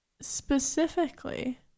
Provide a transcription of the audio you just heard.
specifically